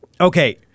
Okay